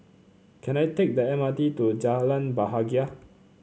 can I take the M R T to Jalan Bahagia